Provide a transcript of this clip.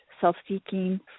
self-seeking